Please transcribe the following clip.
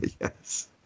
Yes